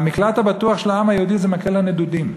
המקלט הבטוח של העם היהודי זה מקל הנדודים,